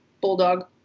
bulldog